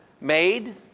Made